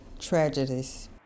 tragedies